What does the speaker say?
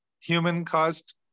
human-caused